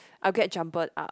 I'll get jumbled up